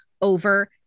over